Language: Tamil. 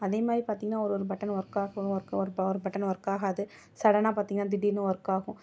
அதே மாதிரி பார்த்திங்னா ஒரு ஒரு பட்டன் ஒர்க் ஆகும் ஒர்க் ஒரு பவர் பட்டன் ஒர்க் ஆகாது சடனாக பார்த்திங்கனா திடீர்னு ஒர்க் ஆகும்